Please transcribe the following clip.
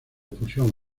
fusión